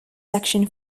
section